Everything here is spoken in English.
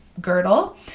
girdle